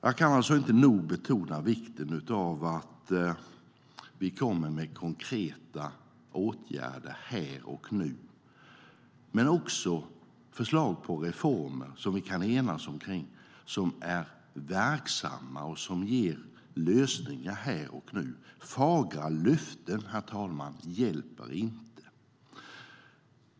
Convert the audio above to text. Jag kan alltså inte nog betona vikten av att komma med konkreta åtgärder här och nu men också med förslag på reformer som vi kan enas om, som är verksamma och som ger lösningar här och nu. Fagra löften, herr talman, hjälper inte.